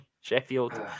Sheffield